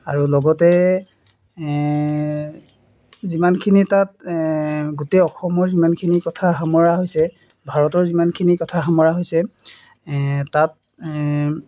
আৰু লগতে যিমানখিনি তাত গোটেই অসমৰ যিমানখিনি কথা সামৰা হৈছে ভাৰতৰ যিমানখিনি কথা সামৰা হৈছে তাত